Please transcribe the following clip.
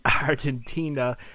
Argentina